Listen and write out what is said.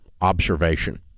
observation